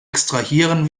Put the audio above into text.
extrahieren